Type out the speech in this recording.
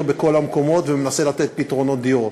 בכל המקומות ומנסה לתת פתרונות דיור.